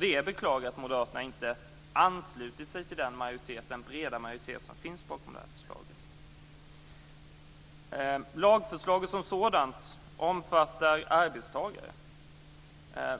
Det är beklagligt att Moderaterna inte ansluter sig till den breda majoritet som finns bakom förslaget.